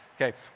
Okay